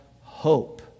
hope